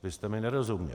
Vy jste mi nerozuměl.